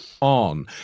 on